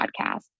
podcast